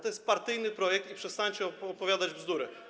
To jest partyjny projekt i przestańcie opowiadać bzdury.